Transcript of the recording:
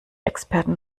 experten